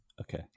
Okay